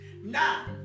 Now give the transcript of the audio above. Now